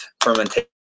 fermentation